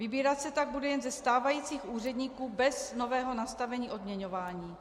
Vybírat se tak bude jen ze stávajících úředníků bez nového nastavení odměňování.